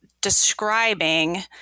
describing